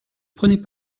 prenez